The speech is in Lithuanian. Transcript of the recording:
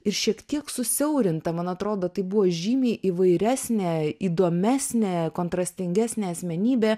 ir šiek tiek susiaurinta man atrodo tai buvo žymiai įvairesnė įdomesnė kontrastingesnė asmenybė